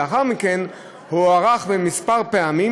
ולאחר מכן הוארך כמה פעמים,